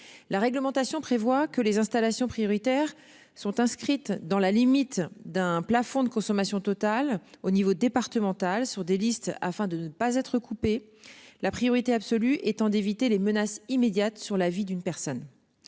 La réglementation prévoit que les installations prioritaires sont inscrites dans la limite d'un plafond de consommation totale au niveau départemental sur des listes afin de ne pas être coupé la priorité absolue étant d'éviter les menaces immédiates sur la vie d'une personne.